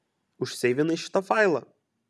užseivinai šitą failą